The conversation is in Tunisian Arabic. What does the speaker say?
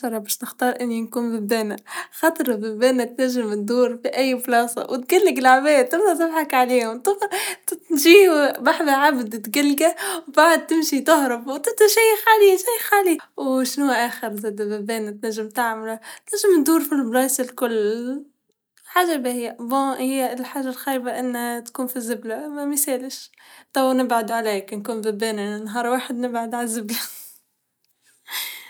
راح أختار أكون من ضمن مملكة النحل, ويشوفها جلت من ضمن مملكة النحل مو إني نحلة لحالي ليش؟ لإن النحل كمملكة قائمة على العمل الجماعي موش كل فرد ماشي لحاله لا، عمل جماعي إن-إنتاجية محترمة لآخر اليوم منظمين لأبعد حد، يا أخي سبحان الله عالم لحاله هاي النحل والنمل.